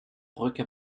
brücke